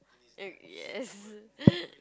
eh yes